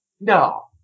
No